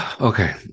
Okay